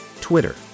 Twitter